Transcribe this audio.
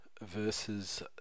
versus